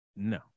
no